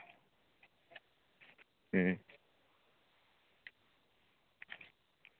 ᱦᱩᱸ